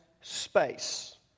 space